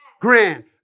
Grand